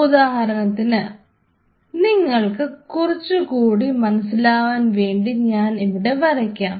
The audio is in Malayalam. ഉദാഹരണത്തിന് നിങ്ങൾക്ക് കുറച്ചുകൂടി മനസ്സിലാക്കാൻ വേണ്ടി ഞാൻ ഇവിടെ വരയ്ക്കാം